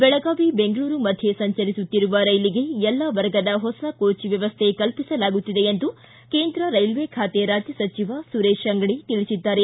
ಬೆಳಗಾವಿ ಬೆಂಗಳೂರು ಮಧ್ಯ ಸಂಚರಿಸುತ್ತಿರುವ ರೈಲಿಗೆ ಎಲ್ಲಾ ವರ್ಗದ ಹೊಸ ಕೋಚ್ ವ್ಯವಸ್ಥೆ ಕಲ್ಪಿಸಲಾಗುತ್ತಿದೆ ಎಂದು ಕೇಂದ್ರ ರೈಲ್ವೆ ಖಾತೆ ರಾಜ್ಯ ಸಚಿವ ಸುರೇಶ ಅಂಗಡಿ ತಿಳಿಸಿದ್ದಾರೆ